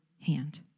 hand